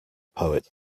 poet